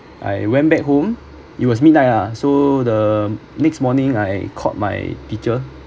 I went back home it was midnight lah so the next morning I called my teacher